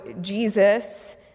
Jesus